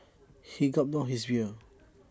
he gulped down his beer